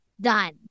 Done